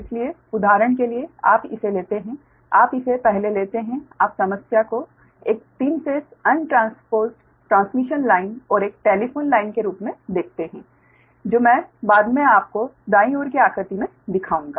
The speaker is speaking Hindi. इसलिए उदाहरण के लिए आप इसे लेते हैं आप इसे पहले लेते हैं आप समस्या को एक 3 phase untransposed transmission line और एक टेलीफोन लाइन के रूप में देखते हैं जो मैं बाद में आपको दाईं ओर की आकृति में दिखाऊंगा